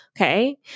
Okay